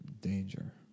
Danger